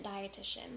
dietitian